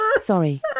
Sorry